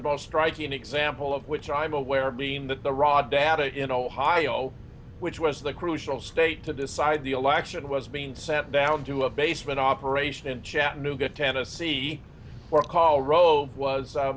most striking example of which i'm aware being that the raw data in ohio which was the crucial state to decide the election was being sent down to a basement operation in chattanooga tennessee for a call rove was